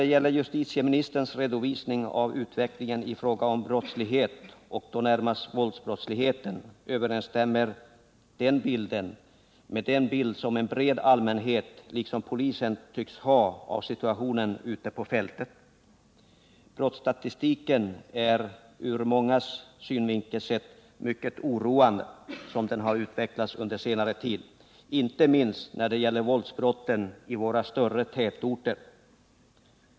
Justitieministerns redovisning av utvecklingen i fråga om brottslighet, och då närmast våldsbrottsligheten, överensstämmer med den bild som en bred allmänhet liksom polisen tycks ha av situationen ute på fältet. Brottsstatistiken är ur mångas synvinkel oroande. Detta sagt med tanke på hur brottsligheten utvecklats under senare tid, inte minst när det gäller våldsbrotten i våra större tätorter.